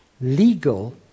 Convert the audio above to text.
legal